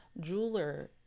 jeweler